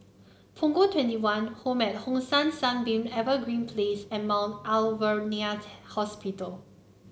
Punggol Twenty one Home at Hong San Sunbeam Evergreen Place and Mount Alvernia Hospital